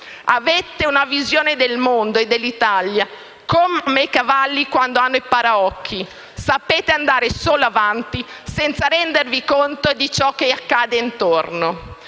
Avete una visione del mondo e dell'Italia come i cavalli quando hanno i paraocchi. Sapete andare solo avanti senza rendervi conto di ciò che accade intorno.